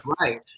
right